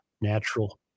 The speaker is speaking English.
natural